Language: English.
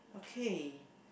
okay